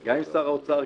גם עם שר האוצר,